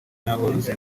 n’aborozi